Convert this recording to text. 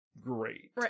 great